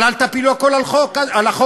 אבל אל תפילו הכול על החוק הזה.